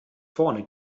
vorne